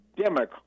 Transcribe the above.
Democrat